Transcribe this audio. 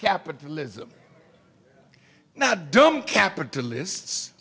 capitalism not dumb capitalists